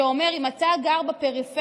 שאומר שאם אתה גר בפריפריה,